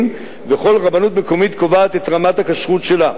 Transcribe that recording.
וכל רבנות מקומית קובעת את רמת הכשרות שלה.